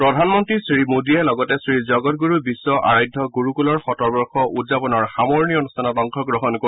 প্ৰধানমন্তী শ্ৰীমোদীয়ে লগতে শ্ৰী জগদণ্ডৰু বিশ্বআৰাধ্য গুৰুকুলৰ শতবৰ্ষ উদযাপনৰ সামৰণি অনুষ্ঠানত অংশগ্ৰহণ কৰিব